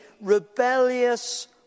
rebellious